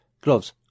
gloves